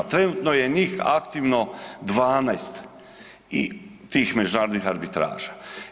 Trenutno je njih aktivno 12, tih međunarodnih arbitraža.